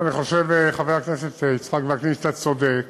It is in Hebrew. אני חושב, חבר הכנסת יצחק וקנין, שאתה צודק.